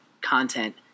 content